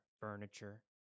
furniture